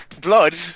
Blood